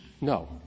No